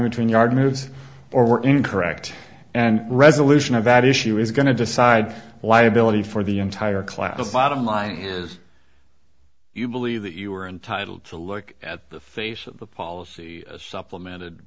between yard moves or incorrect and resolution of that issue is going to decide liability for the entire class the bottom line is you believe that you are entitled to look at the face of the policy supplemented